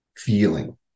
Feeling